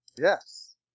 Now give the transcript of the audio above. Yes